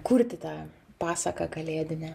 kurti tą pasaką kalėdinę